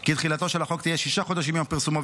כי תחילתו של החוק תהיה שישה חודשים מיום פרסומו,